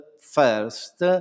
first